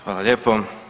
Hvala lijepo.